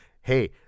hey